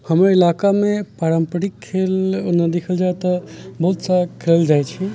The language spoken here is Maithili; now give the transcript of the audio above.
हमर इलाकामे पारम्परिक खेल ओना देखल जाय तऽ बहुत सारा खेलल जाइत छै